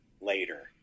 later